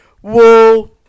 Whoa